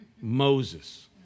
Moses